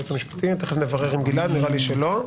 תכף נברר עם גלעד, נראה לי שלא.